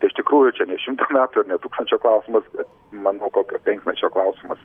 iš tikrųjų čia ne šimto metų ir ne tūkstančio klausimas bet manau kokio penkmečio klausimas